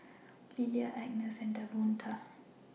Lilia Agness and Davonta